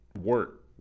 work